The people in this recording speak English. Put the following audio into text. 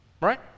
Right